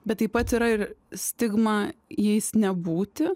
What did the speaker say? bet taip pat yra ir stigma jais nebūti